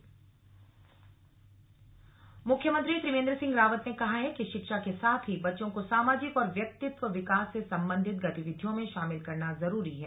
मुख्यमंत्री वार्षिकोत्सव मुख्यमंत्री त्रिवेंद्र सिंह रावत ने कहा है कि शिक्षा के साथ ही बच्चों को सामाजिक और व्यक्तित्व विकास से सबंधित गतिविधियों में शामिल करना जरूरी है